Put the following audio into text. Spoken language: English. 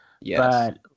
Yes